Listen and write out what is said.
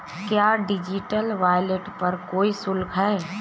क्या digital wallet पर कोई शुल्क है?